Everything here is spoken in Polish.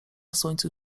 słońcu